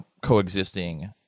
coexisting